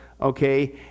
Okay